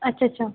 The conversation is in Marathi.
अच्छा अच्छा